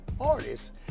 artists